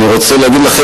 אני רוצה להגיד לכם,